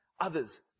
others